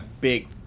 big